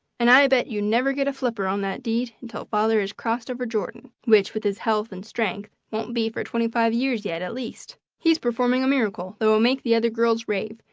and i bet you never get a flipper on that deed until father has crossed over jordan, which with his health and strength won't be for twenty-five years yet at least. he's performing a miracle that will make the other girls rave,